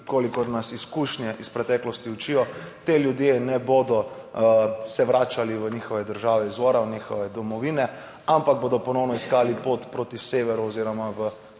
kolikor nas izkušnje iz preteklosti učijo, ti ljudje ne bodo se vračali v njihove države izvora, v njihove domovine, ampak bodo ponovno iskali pot proti severu oziroma v